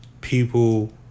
people